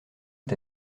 est